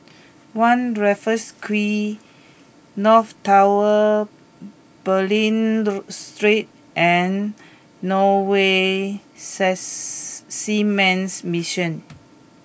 One Raffles Quay North Tower Bulim Street and Norwegian sess Seamen's Mission